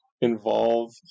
involve